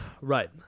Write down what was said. Right